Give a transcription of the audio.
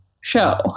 show